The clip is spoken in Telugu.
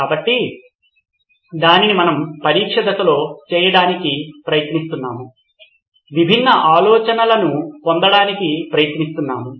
కాబట్టి దానిని మనము పరీక్ష దశలో చేయటానికి ప్రయత్నిస్తున్నాము విభిన్న ఆలోచనలను పొందడానికి ప్రయత్నిస్తున్నాము